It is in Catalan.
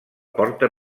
porta